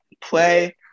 play